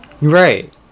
Right